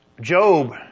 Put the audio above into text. Job